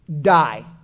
die